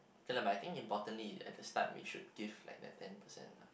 okay lah by think importantly at the start we should give like that ten percent lah